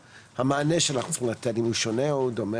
המענה שאנחנו צריכים לתת, אם הוא שונה, או דומה?